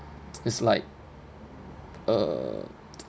it's like uh